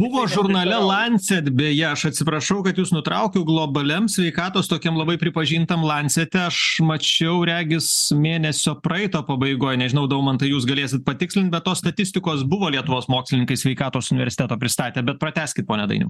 buvo žurnale lancet beje aš atsiprašau kad jus nutraukiau globaliam sveikatos tokiam labai pripažintam lancete aš mačiau regis mėnesio praeito pabaigoj nežinau daumantai jūs galėsit patikslint bet tos statistikos buvo lietuvos mokslininkai sveikatos universiteto pristatė bet pratęskit pone dainiau